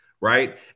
Right